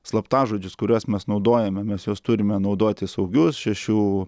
slaptažodžius kuriuos mes naudojame mes juos turime naudoti saugius šešių